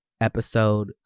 episode